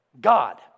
God